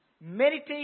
meditate